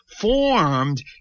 formed